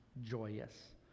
joyous